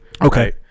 Okay